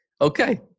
Okay